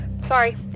sorry